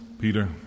Peter